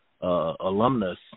alumnus